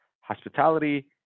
Hospitality